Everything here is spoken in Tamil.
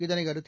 இதளையடுத்து